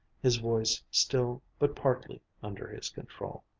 his voice still but partly under his control.